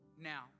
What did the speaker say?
Now